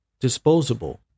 disposable